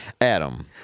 Adam